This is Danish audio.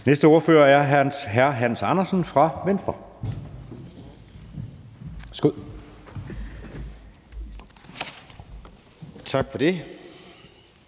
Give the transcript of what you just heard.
Næste ordfører er hr. Hans Andersen fra Venstre. Værsgo. Kl.